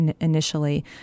initially